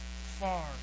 far